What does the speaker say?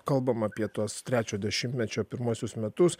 kalbam apie tuos trečio dešimtmečio pirmuosius metus